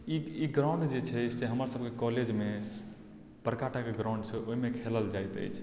ई ई ग्राउंड जे छै से हमरसभके कॉलेजमे बड़का टाके ग्राउंड छै ओहिमे खेलल जाइत अछि